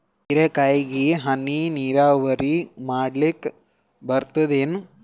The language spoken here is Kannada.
ಹೀರೆಕಾಯಿಗೆ ಹನಿ ನೀರಾವರಿ ಮಾಡ್ಲಿಕ್ ಬರ್ತದ ಏನು?